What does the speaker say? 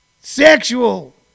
sexual